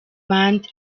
band